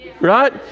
right